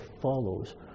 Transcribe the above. follows